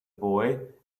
boy